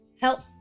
Help